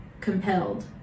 compelled